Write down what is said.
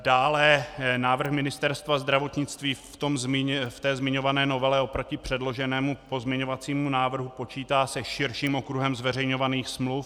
Dále návrh Ministerstva zdravotnictví ve zmiňované novele oproti předloženému pozměňovacímu návrhu počítá se širším okruhem zveřejňovaných smluv.